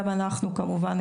גם אנחנו כמובן,